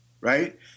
Right